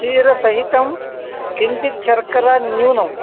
क्षीरसहितं किञ्चित् शर्करा न्यूनं